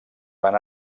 van